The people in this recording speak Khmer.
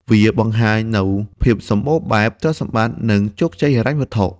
វាបង្ហាញនូវភាពសម្បូរបែប ទ្រព្យសម្បត្តិ និងជោគជ័យហិរញ្ញវត្ថុ។